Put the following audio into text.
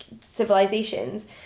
civilizations